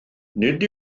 nid